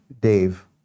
Dave